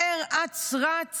מהר אץ רץ